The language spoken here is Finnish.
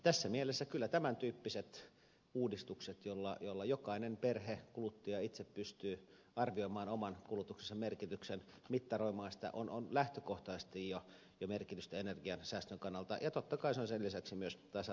tässä mielessä kyllä tämäntyyppisillä uudistuksilla joilla jokainen perhe kuluttaja itse pystyy arvioimaan oman kulutuksensa merkitystä mittaroimaan sitä on lähtökohtaisesti jo merkitystä energiansäästön kannalta ja totta kai se on sen lisäksi myös tasa arvokysymys